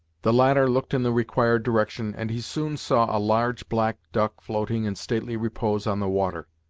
the latter looked in the required direction, and he soon saw a large black duck floating in stately repose on the water.